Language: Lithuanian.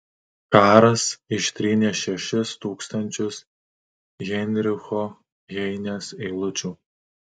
karas ištrynė šešis tūkstančius heinricho heinės eilučių